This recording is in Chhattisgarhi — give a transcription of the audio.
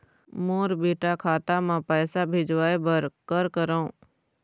मोर बेटा खाता मा पैसा भेजवाए बर कर करों?